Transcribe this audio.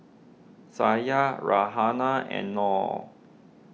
Syah Raihana and Nor